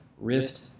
rift